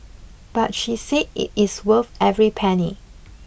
but she said it is worth every penny